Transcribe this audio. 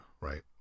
Right